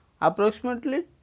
approximately